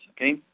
okay